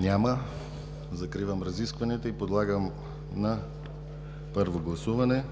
Няма. Закривам разискванията. Подлагам на първо гласуване